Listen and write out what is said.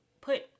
put